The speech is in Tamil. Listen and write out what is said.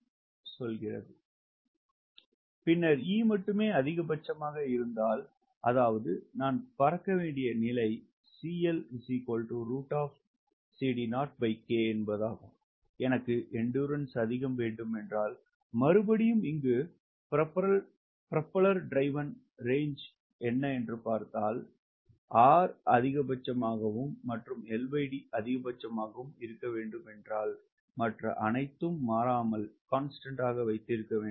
ஸ்லைடு நேரத்தைப் பார்க்கவும் 2301 பின்னர் E மட்டுமே அதிகபட்சமாக இருக்கும் அதாவது நான் பறக்க வேண்டிய நிலை எனக்கு எண்டுறன்ஸ் அதிகமாக வேண்டும் என்றால் மறுபடியும் இங்கு ப்ரொபெல்லர் டிரைவ்ன் ரேஞ்சு பார்த்தால் R அதிகபட்சமாகும் மற்றும் LD அதிகபட்சமாக வேண்டும் என்றால் மற்ற அணைத்தும் மறாமல் வைத்திருக்க வேண்டும்